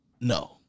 No